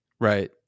Right